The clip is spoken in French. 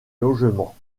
logements